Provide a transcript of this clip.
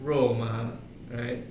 肉麻 right